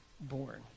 born